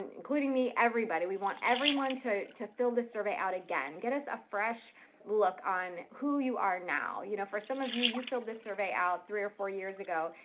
including me, everybody, we want everyone to to fill the survey out again. get us a fresh look on who you are now. you know, for some of you, you filled survey out three or four years ago.